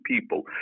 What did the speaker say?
people